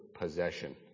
possession